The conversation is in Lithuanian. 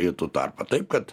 į tų tarpą taip kad